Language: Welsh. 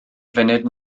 funud